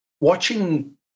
watching